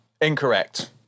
Incorrect